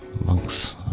Monks